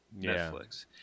Netflix